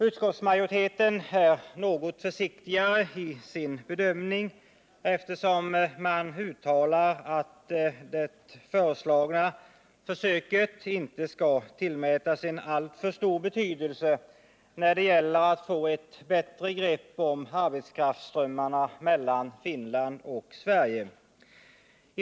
Utskottsmajoriteten är något försiktigare i sin bedömning och uttalar att förslaget inte skall tillmätas en alltför stor betydelse när det gäller att få ett bättre grepp om arbetskraftsströmmarna mellan Finland och Sverige.